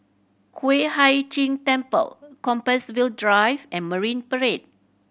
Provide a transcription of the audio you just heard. Yueh Hai Ching Temple Compassvale Drive and Marine Parade